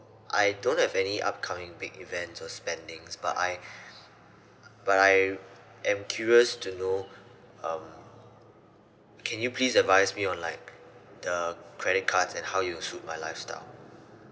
I don't have any upcoming big events or spending's but I but I am curious to know um can you please advise me on like the credit cards and how it'll suit my lifestyle